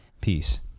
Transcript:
Peace